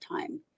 time